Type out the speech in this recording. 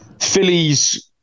Phillies